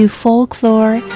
folklore